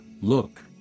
Look